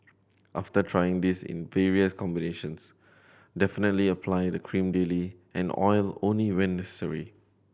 after trying this in various combinations definitely apply the cream daily and oil only when necessary